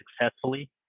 successfully